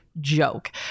joke